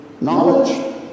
Knowledge